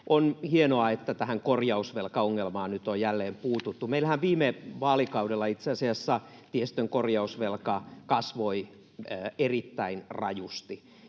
On hienoa, että tähän korjausvelkaongelmaan nyt on jälleen puututtu. Meillähän viime vaalikaudella itse asiassa tiestön korjausvelka kasvoi erittäin rajusti.